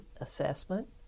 assessment